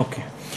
אוקיי.